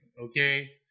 okay